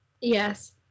Yes